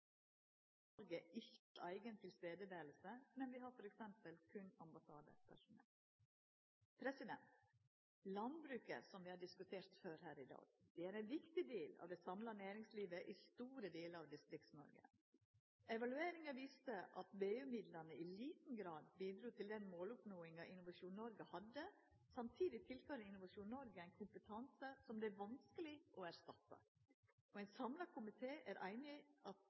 Norge ikkje sjølv er til stades, men berre har f.eks. ambassadepersonell. Landbruket, som vi har diskutert her før i dag, er ein viktig del av det samla næringslivet i store delar av Distrikts-Noreg. Evalueringa viste at BU-midlane i liten grad bidrog til den måloppnåinga Innovasjon Norge hadde. Samtidig tilfører Innovasjon Norge ein kompetanse som det er vanskeleg å erstatta. Ein samla komité er samd i at